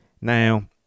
Now